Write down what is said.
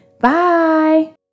Bye